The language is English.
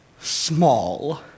small